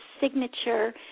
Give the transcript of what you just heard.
signature